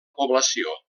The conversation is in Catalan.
població